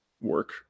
work